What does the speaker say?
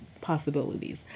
possibilities